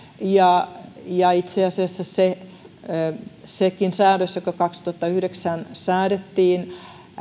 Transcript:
ja ja itse asiassa sekin säädös joka kaksituhattayhdeksän säädettiin